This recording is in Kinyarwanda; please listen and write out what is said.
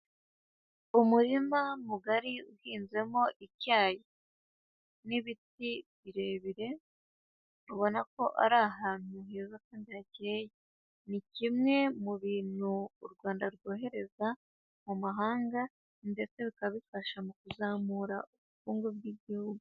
Umurima mugari uhinzemo icyayi n'ibiti birebire, ubona ko ari ahantu heza kandi hakeye. Ni kimwe mu bintu u Rwanda rwohereza mu mahanga ndetse bikaba bifasha mu kuzamura ubukungu bw'igihugu.